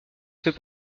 fait